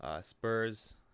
Spurs